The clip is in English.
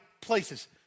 places